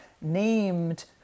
named